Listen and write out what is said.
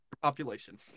population